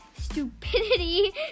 stupidity